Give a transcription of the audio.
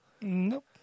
Nope